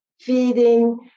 feeding